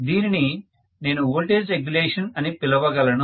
దీనిని నేను voltage regulation అని పిలవగలను